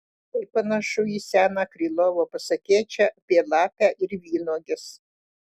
tai panašu į seną krylovo pasakėčią apie lapę ir vynuoges